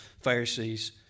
Pharisees